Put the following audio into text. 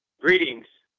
greetings.